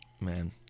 Man